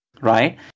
right